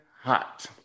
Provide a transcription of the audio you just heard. hot